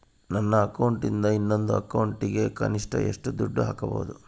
ನನ್ನ ಅಕೌಂಟಿಂದ ಇನ್ನೊಂದು ಅಕೌಂಟಿಗೆ ಕನಿಷ್ಟ ಎಷ್ಟು ದುಡ್ಡು ಹಾಕಬಹುದು?